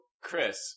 Chris